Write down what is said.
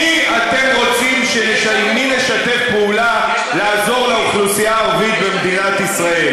עם מי אתם רוצים שנשתף פעולה לעזור לאוכלוסייה הערבית במדינת ישראל?